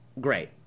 great